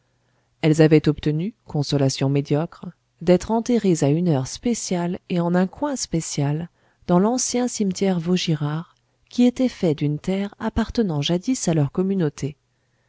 elles avaient obtenu consolation médiocre d'être enterrées à une heure spéciale et en un coin spécial dans l'ancien cimetière vaugirard qui était fait d'une terre appartenant jadis à leur communauté